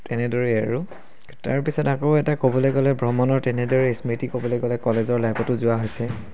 তেনেদৰেই আৰু তাৰপিছত আকৌ এটা ক'বলৈ গ'লে ভ্ৰমণৰ তেনেদৰে স্মৃতি ক'বলে গ'লে কলেজৰ লাইফতো যোৱা হৈছে